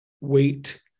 weight